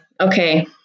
okay